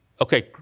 Okay